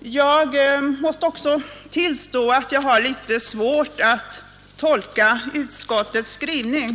Jag måste också tillstå att jag har litet svårt att tolka utskottets skrivning.